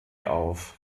auf